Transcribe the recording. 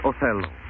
Othello